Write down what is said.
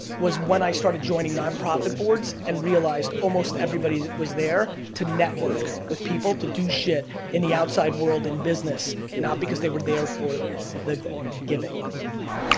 was when i started joining nonprofit boards and realized almost everybody was there to network with people to do shit in the outside world in business, not because they were there for the giving.